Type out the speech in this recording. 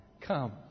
Come